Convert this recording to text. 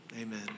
Amen